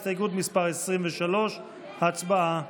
הסתייגות מס' 23. הצבעה.